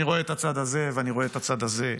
אני רואה את הצד הזה ואני רואה את הצד הזה,